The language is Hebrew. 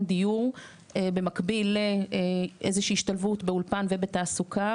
דיור במקביל לאיזושהי השתלבות באולפן ובתעסוקה,